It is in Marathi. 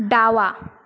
डावा